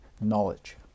knowledge